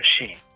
machine